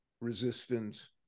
resistance